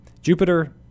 Jupiter